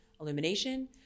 illumination